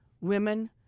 women